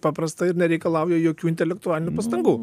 paprasta ir nereikalauja jokių intelektualinių pastangų